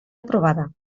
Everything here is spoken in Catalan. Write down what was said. aprovada